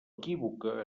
equívoca